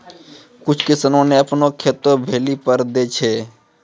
कुछ किसाने अपनो खेतो भौली पर दै छै